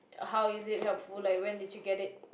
how is it helpful like when did you get it